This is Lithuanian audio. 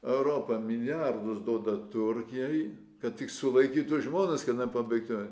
europa milijardus duoda turkijai kad tik sulaikytų žmones kad pabėgtų